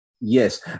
Yes